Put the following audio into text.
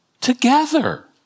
together